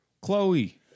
Chloe